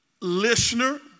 listener